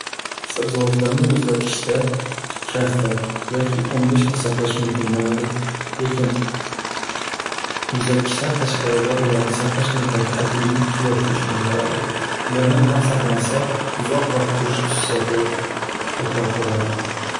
Sabzavotlarni muzlatkichda ikki hafta yoki o'n besh kun saqlash mumkin bo'ladi, lekin muzatkichdan tashqarida ularni saqlash muddati atiga ikki yoki uch kun bo'ladi, ularni nam saqlansa uzoq vaqt turish xususiyati ko'proq bo'ladi.